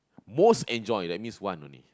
most enjoy that means one only